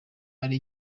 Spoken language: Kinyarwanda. ari